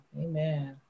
Amen